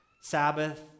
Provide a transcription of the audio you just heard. Sabbath